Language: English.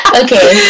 okay